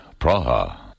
Praha